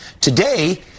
Today